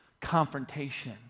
Confrontation